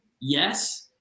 Yes